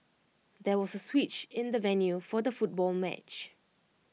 there was A switch in the venue for the football match